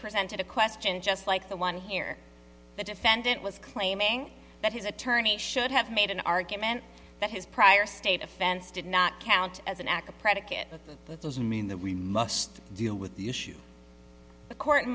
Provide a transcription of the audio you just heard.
presented a question just like the one here the defendant was claiming that his attorney should have made an argument that his prior state offense did not count as an act of predicate but that doesn't mean that we must deal with the issue the court